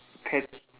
pet